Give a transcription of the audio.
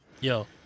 Yo